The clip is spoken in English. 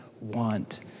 want